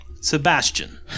Sebastian